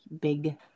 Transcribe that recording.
big